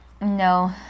No